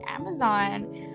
amazon